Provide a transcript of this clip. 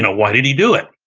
ah why did he do it?